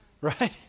Right